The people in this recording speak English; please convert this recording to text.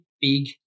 big